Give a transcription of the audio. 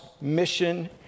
mission